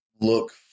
Look